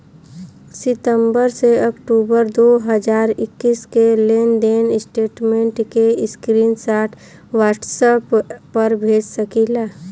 सितंबर से अक्टूबर दो हज़ार इक्कीस के लेनदेन स्टेटमेंट के स्क्रीनशाट व्हाट्सएप पर भेज सकीला?